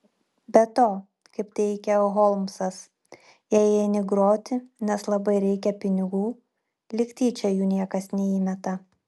be to kaip teigia holmsas jei eini groti nes labai reikia pinigų lyg tyčia jų niekas neįmeta